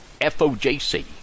FOJC